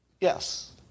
Yes